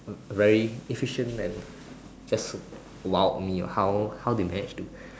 very efficient and just wowed me how how they manage to